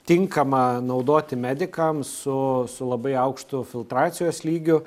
tinkama naudoti medikams su su labai aukštu filtracijos lygiu